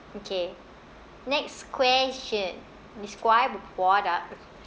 okay next question describe what are